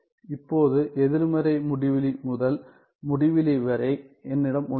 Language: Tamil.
இப்போது எதிர்மறை முடிவிலி முதல் முடிவிலி வரை என்னிடம் உள்ளது